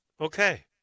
Okay